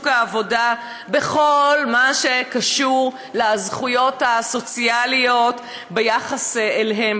העבודה בכל מה שקשור לזכויות הסוציאליות ביחס אליהם,